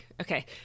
Okay